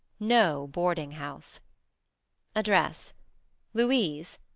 no boarding-house address louise,